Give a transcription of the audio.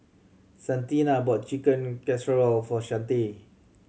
Santina bought Chicken Casserole for Shante